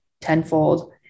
tenfold